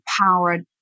empowered